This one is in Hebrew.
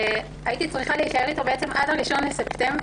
הייתי צריכה להישאר איתו בבית עד 1 בספטמבר,